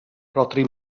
rhodri